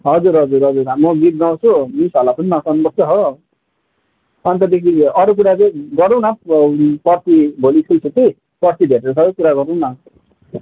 हजुर हजुर हजुर म गीत गाउँछु मिसहरूलाई पनि नचाउनु पर्छ हो अन्तदेखि अरू कुरा चाहिँ गरौँ पर्सि न भोलि स्कुल छुट्टी पर्सि भेटेर सब कुरा गरौँ न